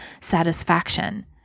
satisfaction